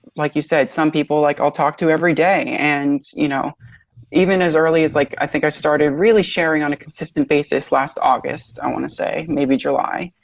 like you said, some people like i'll talk to everyday. and you know even as early as like, i think i started really sharing on a consistent basis last august, i want to say, maybe july.